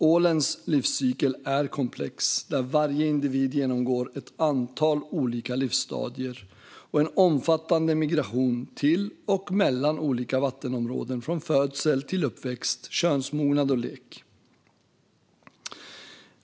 Ålens livscykel är komplex där varje individ genomgår ett antal olika livsstadier och en omfattande migration till och mellan olika vattenområden från födsel till uppväxt, könsmognad och lek.